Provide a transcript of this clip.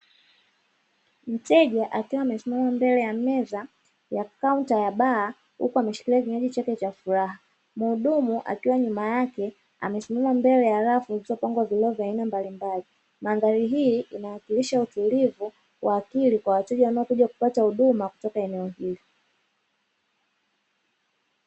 Mteja akiwa amesimama mbele ya meza ya kaunta ya baa huku ameshikilia kinywaji chake cha furaha, muhudumu akiwa nyuma yake amesimama mbele ya rafu zilizopangwa vioo vya aina mbalimbali, mandhari hii inawakilisha utulivu wa akili kwa wateja wanaokuja kupata huduma kutoka eneo hili.